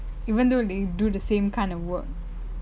even though they do the same kind of work